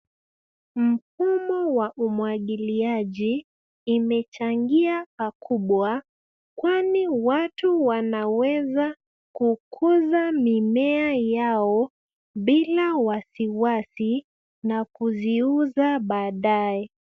Mfumo wa umwagiliaji imechangia pakubwa kwani watu wanaweza kukuza mimea yao bila wasiwasi na kuziuza baadae.